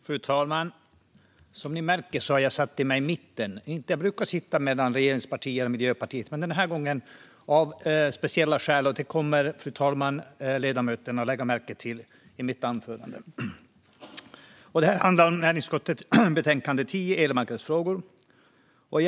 Fru talman! Som ni märker har jag satt mig i mitten i kammaren i dag - inte där jag brukar sitta mellan regeringspartierna och Miljöpartiet. Den här gången var det av speciella skäl, och det kommer ledamöterna att lägga märke till i mitt anförande. Detta handlar om näringsutskottets betänkande 10, Elmarknadsfrågor .